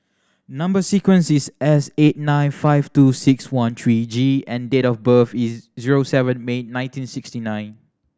number sequence is S eight nine five two six one three G and date of birth is zero seven May nineteen sixty nine